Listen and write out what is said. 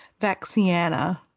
Vaxiana